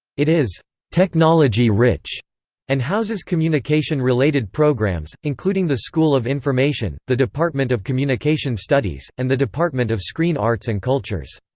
it is technology-rich, and houses communication-related programs, including the school of information, the department of communication studies, and the department of screen arts and cultures.